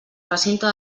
recinte